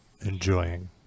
enjoying